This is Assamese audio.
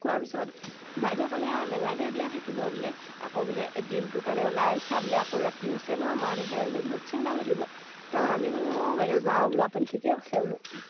কোৱা পিছত বাইদেউ ক'লে আৰু নালাগে দিয়া থাকিব বোলে আকৌ বোলে দিনটোৰ কাৰণে ওলাই আহিছা বোলে আকৌ ৰাতি হৈছে নহ্ মা দেউতাই বোলে ঘৰত চিন্তা কৰি থাকিব তাৰপৰা আমি ক'লোঁ অঁ বাইদেউ যাওঁ বোলো আপুনি ঠিকেই কৈছে বোলো